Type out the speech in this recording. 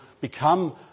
become